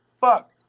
fuck